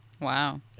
Wow